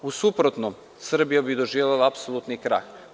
U suprotnom, Srbija bi doživela apsolutni krah.